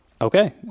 Okay